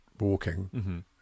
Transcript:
walking